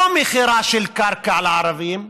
לא מכירה בקרקע לערבים,